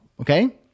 okay